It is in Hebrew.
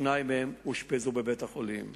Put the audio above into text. ושניים מהם אושפזו בבית-החולים.